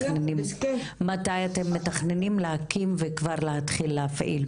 מתי אתם מתכננים להקים וכבר להתחיל להפעיל,